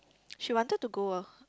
she wanted to go ah